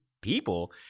people